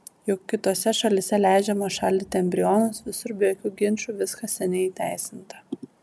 juk kitose šalyse leidžiama šaldyti embrionus visur be jokių ginčų viskas seniai įteisinta